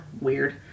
Weird